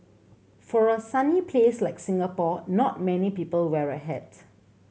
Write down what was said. for a sunny place like Singapore not many people wear a hat